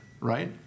right